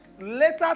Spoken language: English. Later